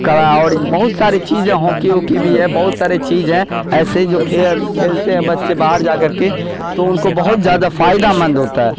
اور بہت ساری چیزیں ہاکی ووکی بھی ہے بہت سارے چیز ہیں ایسے جو کھیلتے ہیں بچے باہر جا کر کے تو ان کو بہت زیادہ فائدہ مند ہوتا ہے